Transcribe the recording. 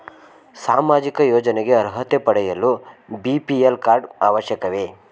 ಸಾಮಾಜಿಕ ಯೋಜನೆಗೆ ಅರ್ಹತೆ ಪಡೆಯಲು ಬಿ.ಪಿ.ಎಲ್ ಕಾರ್ಡ್ ಅವಶ್ಯಕವೇ?